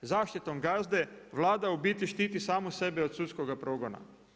Zaštitom „gazde“ Vlada u biti štiti samu sebe od sudskoga progona.